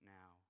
now